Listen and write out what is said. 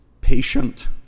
patient